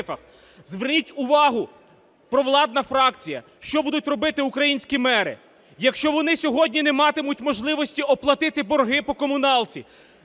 Зверніть увагу, провладна фракція, що будуть робити українські мери. Якщо вони сьогодні не матимуть можливості оплатити борги по комуналці,